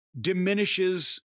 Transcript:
diminishes